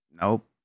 Nope